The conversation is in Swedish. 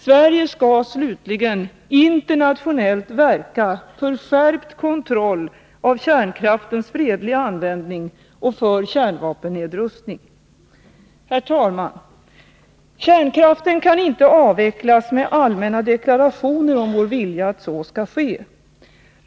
Sverige skall slutligen internationellt verka för skärpt kontroll av kärnkraftens fredliga användning och för kärnvapennedrustning. Herr talman! Kärnkraften kan inte avvecklas med allmänna deklarationer om vår vilja att så skall ske.